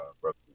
Brother